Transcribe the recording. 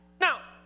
Now